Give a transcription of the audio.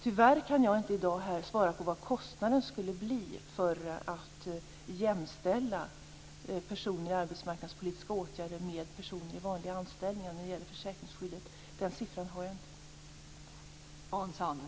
Tyvärr kan jag i dag inte svara på vad kostnaden skulle bli för att jämställa personer i arbetsmarknadspolitiska åtgärder med personer i vanliga anställningar när det gäller försäkringsskyddet. Den siffran har jag inte.